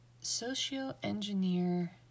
socio-engineer